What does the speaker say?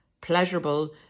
pleasurable